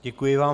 Děkuji vám.